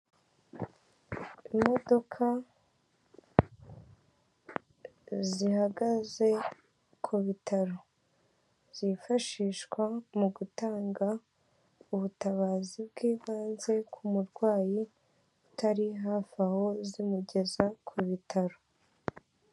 Imodoka zihagaze ku bitaro, zifashishwa mu gutanga ubutabazi bw'ibanze ku murwayi utari hafi aho zimugeza ku bitaro.